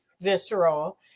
visceral